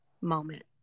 moment